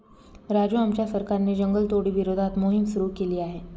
राजू आमच्या सरकारने जंगलतोडी विरोधात मोहिम सुरू केली आहे